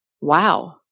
wow